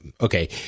okay